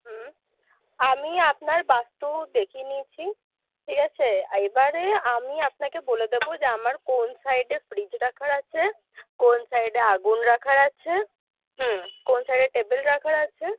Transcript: হুম আমি আপনার বাস্তু দেখিয়ে নিয়েছি ঠিক আছে এবারে আমি আপনাকে বলে দেবো যে আমার কোন সাইডে ফ্রিজ রাখার আছে কোন সাইডে আগুন রাখার আছে হুম কোন সাইডে টেবিল রাখার আছে